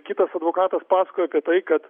kitas advokatas pasakojo apie tai kad